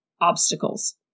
obstacles